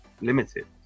limited